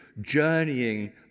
journeying